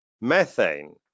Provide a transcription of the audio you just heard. Methane